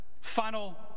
final